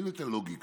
אין את הלוגיקה.